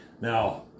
Now